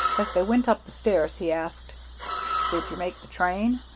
as they went up the stairs he asked did you make the train?